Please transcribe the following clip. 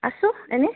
আছো এনেই